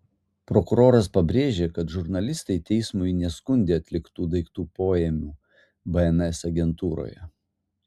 prokuroras pabrėžė kad žurnalistai teismui neskundė atliktų daiktų poėmių bns agentūroje